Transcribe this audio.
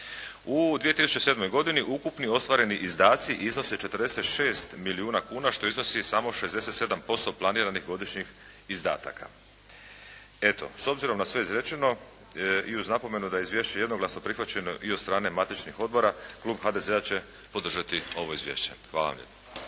U 2007. godini ukupni ostvareni izdaci iznose 46 milijuna kuna, što iznosi samo 67% planiranih godišnjih izdataka. Eto, s obzirom na sve izrečeno i uz napomenu da je izvješće jednoglasno prihvaćeno i od strane matičnih odbora, Klub HDZ-a će podržati ovo izvješće. Hvala vam